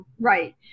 right